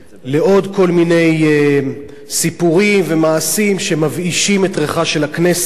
לעוד כל מיני סיפורים ומעשים שמבאישים את ריחה של הכנסת.